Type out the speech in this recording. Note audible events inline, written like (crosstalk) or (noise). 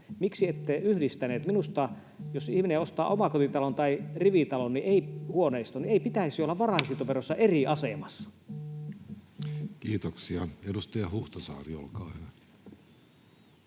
miksi ette yhdistäneet. Minusta, jos ihminen ostaa omakotitalon tai rivitalon, huoneiston ei pitäisi olla varainsiirtoverossa (noise) eri asemassa. Kiitoksia. — Edustaja Huhtasaari, olkaa hyvä.